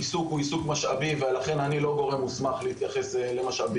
העיסוק הוא עיסוק משאבי ולכן אני לא גורם מוסמך להתייחס למשאבים.